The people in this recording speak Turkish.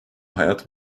hayat